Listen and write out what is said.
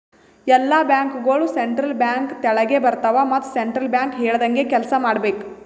ಎಲ್ಲಾ ಬ್ಯಾಂಕ್ಗೋಳು central bank ತೆಳಗೆ ಬರ್ತಾವ ಮತ್ ಸೆಂಟ್ರಲ್ ಬ್ಯಾಂಕ್ ಹೇಳ್ದಂಗೆ ಕೆಲ್ಸಾ ಮಾಡ್ಬೇಕ್